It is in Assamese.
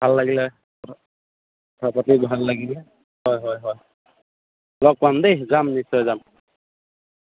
ভাল লাগিলে ক কথা পাতি ভাল লাগিলে হয় হয় হয় লগ পাম দেই যাম নিশ্চয় যাম